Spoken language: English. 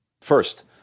First